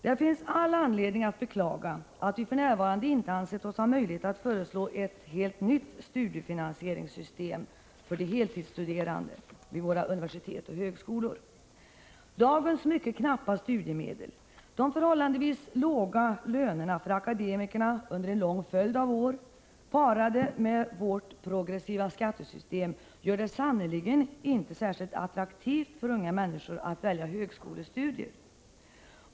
Det finns all anledning att beklaga att vi för närvarande inte ansett oss ha möjlighet att föreslå ett helt nytt studiefinansieringssystem för de heltidsstuderande vid våra universitet och högskolor. Dagens mycket knappa studiemedel, de förhållandevis låga lönerna för akademikerna under en lång följd av år parade med vårt progressiva skattesystem gör det sannerligen inte särskilt attraktivt för unga människor att välja högskolestudier!